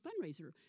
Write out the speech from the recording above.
fundraiser